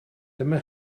dyma